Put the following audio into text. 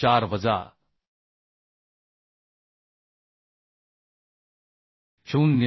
4 वजा 0